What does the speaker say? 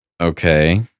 okay